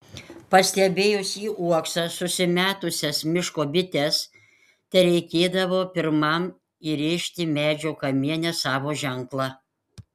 pastebėjus į uoksą susimetusias miško bites tereikėdavo pirmam įrėžti medžio kamiene savo ženklą